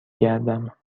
گردم